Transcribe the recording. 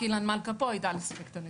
בבקשה.